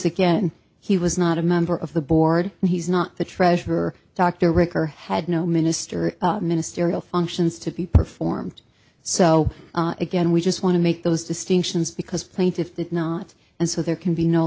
again he was not a member of the board and he's not the treasurer dr recker had no minister ministerial functions to be performed so again we just want to make those distinctions because plaintiffs not and so there can be no